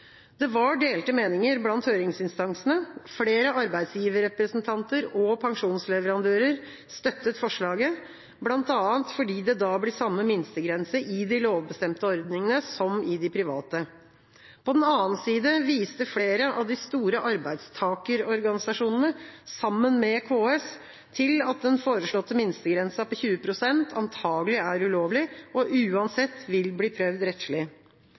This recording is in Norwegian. Det var delte meninger blant høringsinstansene. Flere arbeidsgiverrepresentanter og pensjonsleverandører støttet forslaget, bl.a. fordi det da blir samme minstegrense i de lovbestemte ordningene som i de private. På den annen side viste flere av de store arbeidstakerorganisasjonene, sammen med KS, til at den foreslåtte minstegrensa på 20 pst. antakelig er ulovlig og uansett vil bli prøvd rettslig.